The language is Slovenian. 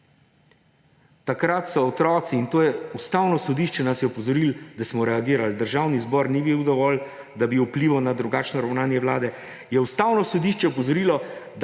takrat so otroci, in na to je Ustavno sodišče nas opozorilo, da smo reagirali. Državni zbor ni bil dovolj, da bi vplival na drugačno ravnanje vlade, Ustavno sodišče je opozorilo,